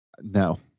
No